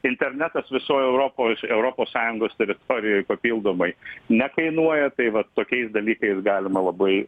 internetas visoj europoj su europos sąjungos teritorijoj papildomai nekainuoja tai vat tokiais dalykais galima labai